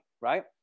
right